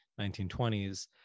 1920s